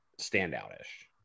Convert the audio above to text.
standout-ish